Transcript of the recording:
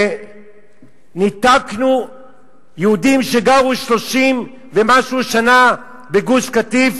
וניתקנו יהודים שגרו 30 ומשהו שנה בגוש-קטיף